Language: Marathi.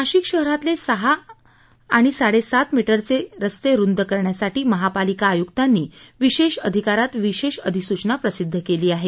नाशिक शहरातले सहा आणि साडेसात मीटरचे रस्ते रुंद करण्यासाठी महापालिका आयुक्तांनी विशेष आधिकरात विशेष अधिसूचना प्रसिद्ध केली आहे